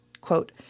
Quote